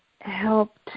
helped